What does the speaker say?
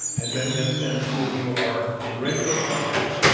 and, ben, we understand the two of you are in regular contact